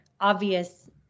obvious